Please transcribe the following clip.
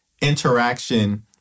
interaction